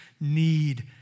need